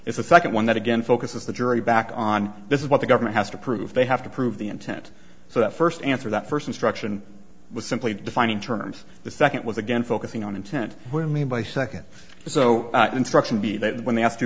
is the second one that again focuses the jury back on this is what the government has to prove they have to prove the intent so that first answer that first instruction was simply defining terms the second was again focusing on intent when made by a second so instruction be that when they ask you